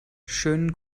schönen